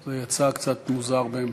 זה יצא קצת מוזר.